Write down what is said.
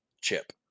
Chip